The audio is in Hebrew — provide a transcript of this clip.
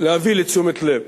להביא לתשומת-לב,